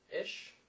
ish